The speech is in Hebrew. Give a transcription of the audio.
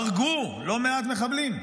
הרגו לא מעט מחבלים.